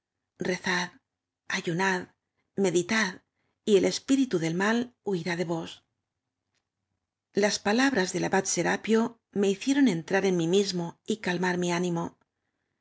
rezad ayu nad meditad y el espíritu del mal huirá de vos las palabras del abad serapió me hicieron entrar en m í mismo y calmar m i ánimo